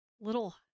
little